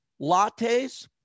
lattes